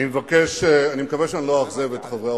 אני מקווה שאני לא אאכזב את חברי האופוזיציה.